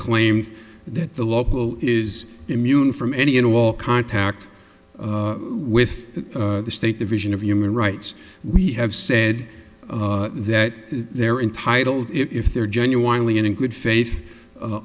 claimed that the local is immune from any and all contact with the state division of human rights we have said that they're entitled if they're genuinely in a good faith